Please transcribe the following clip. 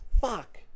fuck